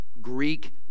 Greek